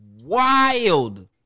Wild